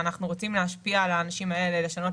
אנחנו רוצים להשפיע על האנשים האלה לשנות